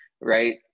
right